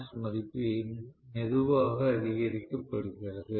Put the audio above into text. S மதிப்பு மெதுவாக அதிகரிக்கப்படுகிறது